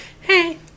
Hey